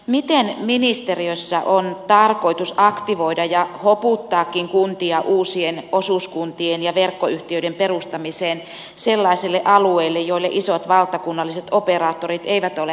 miten ministeriössä on tarkoitus aktivoida ja hoputtaakin kuntia uusien osuuskuntien ja verkkoyhtiöiden perustamiseen sellaisille alueille joille isot valtakunnalliset operaattorit eivät ole halunneet tulla